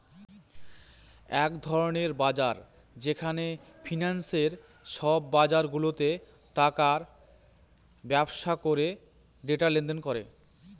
এক ধরনের বাজার যেখানে ফিন্যান্সে সব বাজারগুলাতে টাকার ব্যবসা করে ডেটা লেনদেন করে